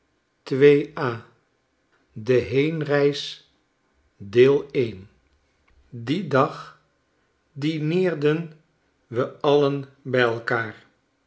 be hkjsnreis dien dag dineerden we alien bij elkaar